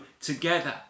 together